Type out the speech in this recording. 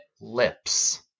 Lips